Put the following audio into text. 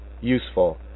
useful